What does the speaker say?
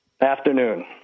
Afternoon